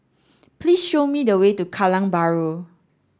please show me the way to Kallang Bahru